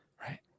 Right